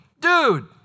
dude